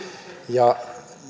ja